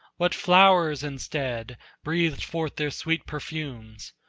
but flowers instead breathed forth their sweet perfumes.